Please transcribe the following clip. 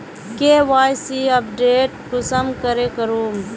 KYC update कुंसम करे करूम?